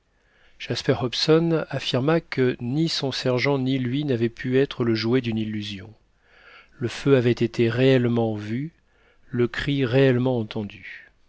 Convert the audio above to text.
jasper hobson affirma que ni son sergent ni lui n'avaient pu être le jouet d'une illusion le feu avait été réellement vu le cri réellement entendu